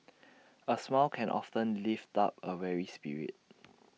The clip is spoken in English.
A smile can often lift up A weary spirit